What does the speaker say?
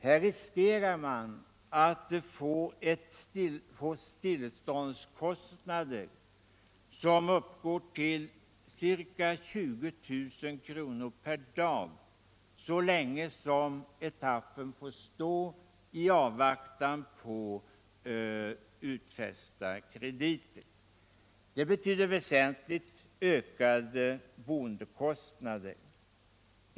Här riskerar man att få stilleståndskostnader som uppgår till 20 000 kr. per dag så länge som etappen står i avvaktan på utfästa krediter. Det betyder väsentligt ökade boendekostnader.